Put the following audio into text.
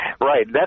Right